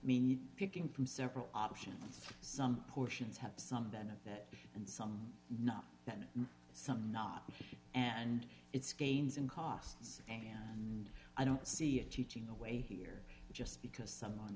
picking from several options some portions have some benefit and some not then some not and it's gains in costs and i don't see it teaching away here just because someone